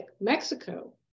Mexico